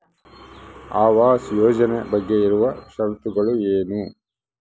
ಆವಾಸ್ ಯೋಜನೆ ಬಗ್ಗೆ ಇರುವ ಶರತ್ತುಗಳು ಏನು?